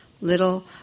little